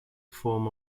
form